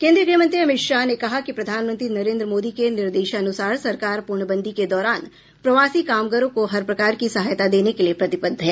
केंद्रीय गृहमंत्री अमित शाह ने कहा है कि प्रधानमंत्री नरेन्द्र मोदी के निर्देशानुसार सरकार पूर्णबंदी के दौरान प्रवासी कामगारों को हर प्रकार की सहायता देने के लिए प्रतिबद्ध है